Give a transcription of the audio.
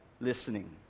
listening